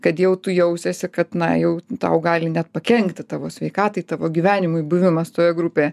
kad jau tu jausiesi kad na jau tau gali net pakenkti tavo sveikatai tavo gyvenimui buvimas toje grupėje